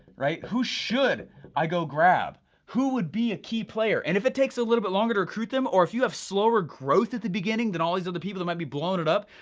right? who should i go grab, who would be a key player? and if it takes a little bit longer to recruit them, or if you have slower growth at the beginning, than all these other people that might be blowing it up,